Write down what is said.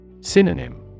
Synonym